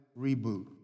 Reboot